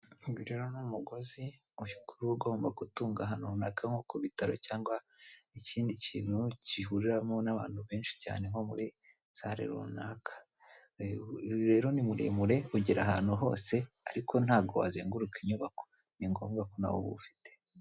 Uyu rero ni umugozi mukuru ugomba gutunga ahantu runaka nko ku bitaro, cyangwa ikindi kintu gihuriramo n'abantu benshi cyane, nko muri sale runaka rero ni muremure ugera ahantu hose ariko ntago wazenguruka inyubako ni ngombwa ko nawe uba ufite.